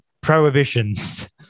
prohibitions